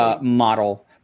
model